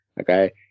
okay